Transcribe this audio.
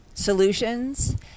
solutions